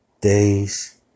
days